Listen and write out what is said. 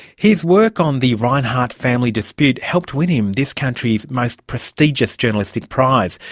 his work on the rinehart family dispute helped win him this country's most prestigious journalistic prize.